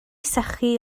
sychu